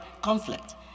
conflict